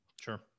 Sure